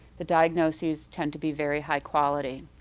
the diagnosis tend to be very high quality.